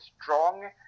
strong